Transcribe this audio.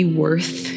worth